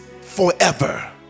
forever